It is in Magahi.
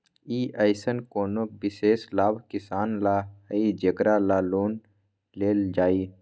कि अईसन कोनो विशेष लाभ किसान ला हई जेकरा ला लोन लेल जाए?